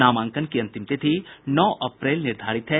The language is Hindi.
नामांकन की अंतिम तिथि नौ अप्रैल निर्धारित है